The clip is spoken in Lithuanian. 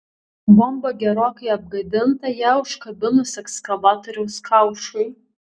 bomba gerokai apgadinta ją užkabinus ekskavatoriaus kaušui